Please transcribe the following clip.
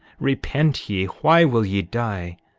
repent ye! why will ye die?